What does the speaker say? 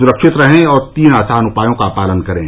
सुरक्षित रहें और तीन आसान उपायों का पालन करें